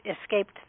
escaped